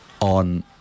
on